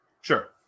Sure